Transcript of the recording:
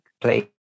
play